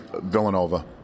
Villanova